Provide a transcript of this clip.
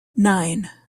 nine